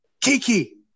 Kiki